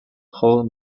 whole